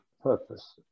purpose